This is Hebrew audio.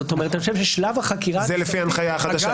זאת אומרת שאני חושב ששלב החקירה --- זה לפי ההנחיה החדשה.